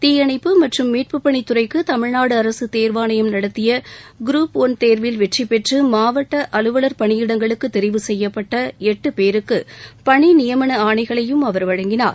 தீயணைப்பு மற்றும் மீட்புப்பணித் துறைக்கு தமிழ்நாடு அரசு தோ்வாணையம் நடத்திய குரூப் ஒன் தேர்வில் வெற்றிபெற்று மாவட்ட அலுவலர் பணியிடங்களுக்கு தெரிவு செய்யப்பட்ட எட்டு பேருக்கு பணி நியமன ஆணைகளையும் அவர் வழங்கினார்